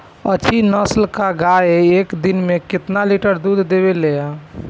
अच्छी नस्ल क गाय एक दिन में केतना लीटर दूध देवे ला?